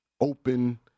open